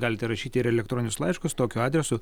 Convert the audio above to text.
galite rašyti elektroninius laiškus tokiu adresu